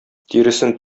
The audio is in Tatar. тиресен